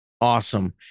Awesome